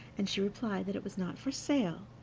and she replied that it was not for sale,